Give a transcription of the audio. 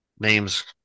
names